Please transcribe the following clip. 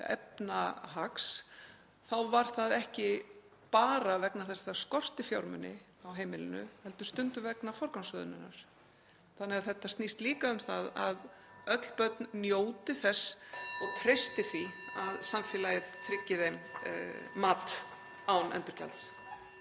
efnahags var það ekki bara vegna þess að fjármuni skorti á heimilinu heldur stundum vegna forgangsröðunarinnar. Þetta snýst líka um það að öll börn njóti þess og treysti því að samfélagið tryggi þeim mat án endurgjalds.